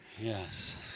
Yes